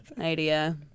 idea